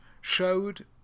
showed